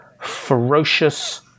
ferocious